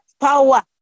power